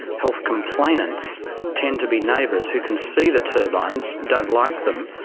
health complainants tend to be neighbours who can see the turbines, don't like them,